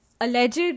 alleged